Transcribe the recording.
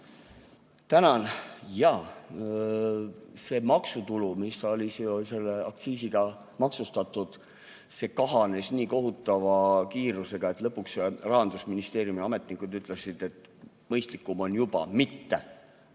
Tänan! Jaa, see maksutulu, mis oli aktsiisiga maksustatud, see kahanes nii kohutava kiirusega, et lõpuks Rahandusministeeriumi ametnikud ütlesid, et mõistlikum on juba mitte